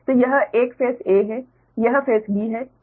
तो यह एक फेस a है यह फेस b है